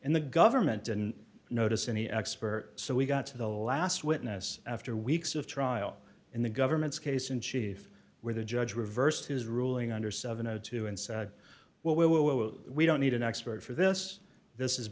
and the government didn't notice any expert so we got to the last witness after weeks of trial in the government's case in chief where the judge reversed his ruling under seven o two and said well we will we don't need an expert for this this is